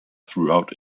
throughout